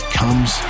comes